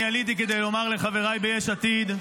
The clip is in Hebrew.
אני עליתי כדי לומר לחבריי ביש עתיד: